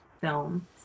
film